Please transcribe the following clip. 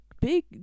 big